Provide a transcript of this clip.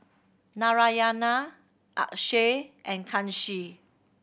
Narayana Akshay and Kanshi